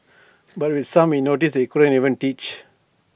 but with some we noticed they couldn't even teach